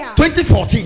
2014